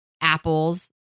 apples